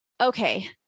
Okay